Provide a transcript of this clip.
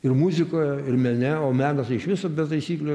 ir muzikoje ir mene o menas tai iš viso be taisyklių